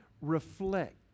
reflect